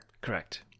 Correct